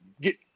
get